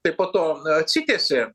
tai po to atsitiesė